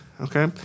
okay